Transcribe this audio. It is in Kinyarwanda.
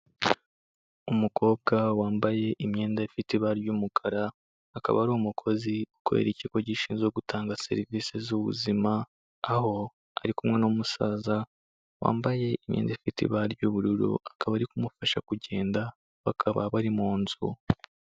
Umukobwa wambaye imyenda ifite ibara ry'umukara, akaba ari umukozi ukorera ikigo gishinzwe gutanga serivisi z'ubuzima, aho ari kumwe n'umusaza, wambaye imyenda ifite ibara ry'ubururu, akaba ari kumufasha kugenda, bakaba bari munzu.